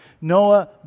Noah